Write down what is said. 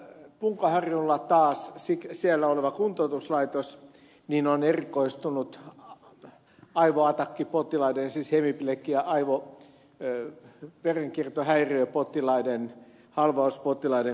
punkaharjulla oleva kuntoutuslaitos taas on erikoistunut aivoatakkipotilaiden siis hemiplegia aivoverenkiertohäiriöpotilaiden halvauspotilaiden kuntoutukseen